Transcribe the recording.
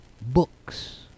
books